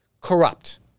corrupt